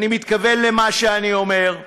אני מתכוון למה שאני אומר,